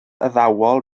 addawol